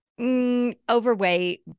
overweight